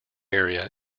area